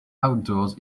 outdoors